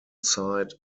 site